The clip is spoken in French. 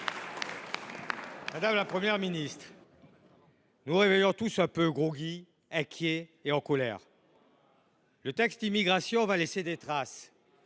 Madame la Première ministre, nous nous réveillons tous un peu groggy, inquiets et en colère. Le texte sur l’immigration va laisser des traces,